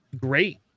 great